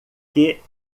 que